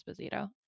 Esposito